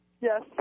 Yes